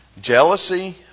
Jealousy